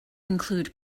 include